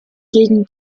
gegen